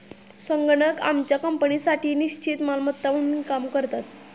संगणक आमच्या कंपनीसाठी निश्चित मालमत्ता म्हणून काम करतात